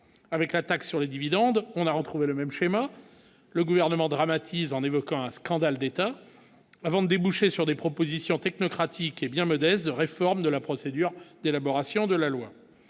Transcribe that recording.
avec la taxe sur les dividendes, on a retrouvé le même schéma, le gouvernement dramatise en évoquant un scandale d'État avant déboucher sur des propositions technocratiques et bien modeste de réforme de la procédure d'élaboration de la loi,